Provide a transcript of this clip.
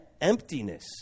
Emptiness